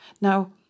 Now